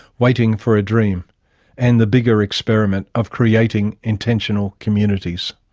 waiting for a dream and the bigger experiment of creating intentional communities.